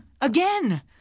Again